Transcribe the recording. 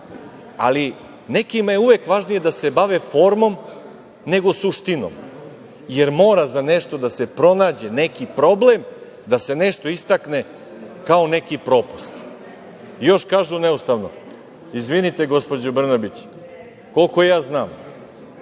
Ali, nekima je uvek važno da se bave formom nego suštinom, jer mora za nešto da se pronađe neki problem, da se nešto istakne kao neki propust. Još kažu - neustavno. Izvinite gospođo Brnabić, koliko znam